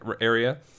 area